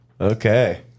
Okay